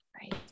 Right